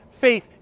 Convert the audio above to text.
faith